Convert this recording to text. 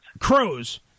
Crows